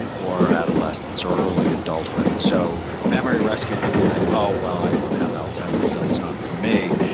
or adolescence, or early adulthood. so memory rescue, people think, oh well, i don't have alzheimer's. that's not for me.